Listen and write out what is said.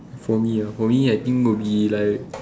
for me ah for me I think will be like